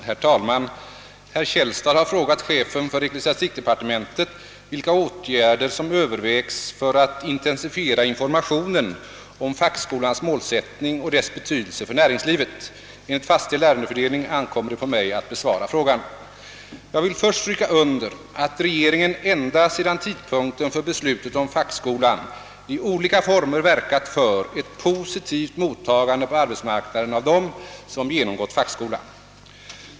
Herr talman! Herr Källstad har frågat chefen för ecklesiastikdepartementet vilka åtgärder som övervägs för att intensifiera informationen om fackskolans målsättning och dess betydelse för näringslivet. Enligt fastställd ärendefördelning ankommer det på mig att besvara frågan. Jag vill först stryka under att regeringen ända sedan tidpunkten för beslutet om fackskolan i olika former verkat för ett positivt mottagande på arbetsmarknaden av dem som genomgått fackskola.